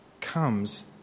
comes